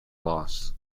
loss